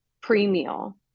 pre-meal